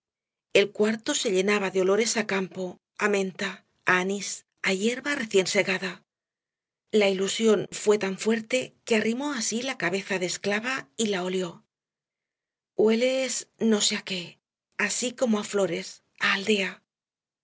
el cuarto se llenaba de olores de campo á menta á anís á hierba recién segada la ilusión fué tan fuerte que arrimó á sí la cabeza de esclava y la olió hueles no sé á qué así como á flores á aldea